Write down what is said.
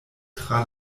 tra